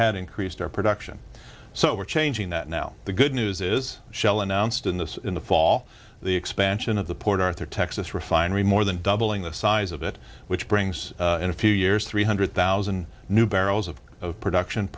had increased our production so we're changing that now the good news is shell announced in this in the fall the expansion of the port arthur texas refinery more than doubling the size of it which brings in a few years three hundred thousand new barrels of of production